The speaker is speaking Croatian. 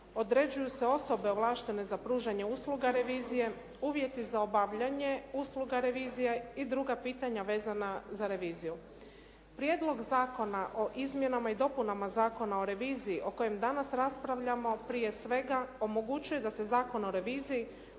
određuju se osobe ovlaštene za pružanje usluga revizije, uvjeti za obavljanje usluga revizije i druga pitanja vezana za reviziju. Prijedlog zakona o izmjenama i dopunama Zakona o reviziji o kojem danas raspravljamo prije svega omogućuje da se Zakon o reviziji